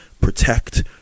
protect